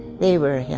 they were yeah